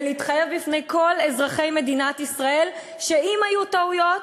ולהתחייב בפני כל אזרחי מדינת ישראל שאם היו טעויות,